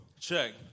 check